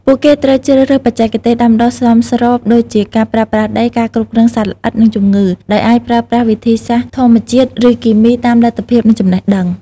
ពួកគេត្រូវជ្រើសរើសបច្ចេកទេសដាំដុះសមស្រប ដូចជាការប្រើប្រាស់ជី ការគ្រប់គ្រងសត្វល្អិត និងជំងឺ ដោយអាចប្រើប្រាស់វិធីសាស្ត្រធម្មជាតិ ឬគីមី តាមលទ្ធភាព និងចំណេះដឹង។